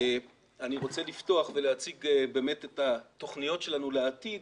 אני רוצה לפתוח ולהציג את התוכניות שלנו לעתיד